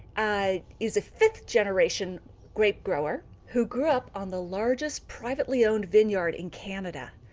ah is a fifth generation grape grower who grew up on the largest privately owned vineyard in canada.